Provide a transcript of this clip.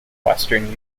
western